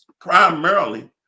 primarily